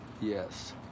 Yes